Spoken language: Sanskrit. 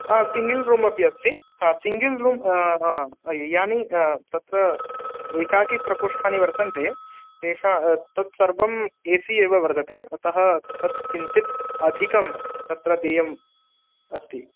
अ सिङ्गिल् रूम् अपि अस्ति हा सिङ्गिल् रूम् यानि तत्र एकाकी प्रकोष्ठानि वर्तन्ते तेषां तत् सर्वम् ए सी एव वर्तते अतः तत् किञ्चिद् अधिकं तत्र देयम् अस्ति